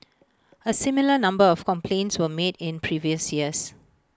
A similar number of complaints were made in previous years